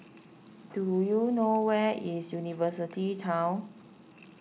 do you know where is University Town